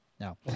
No